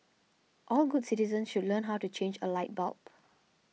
all good citizens should learn how to change a light bulb